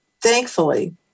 Thankfully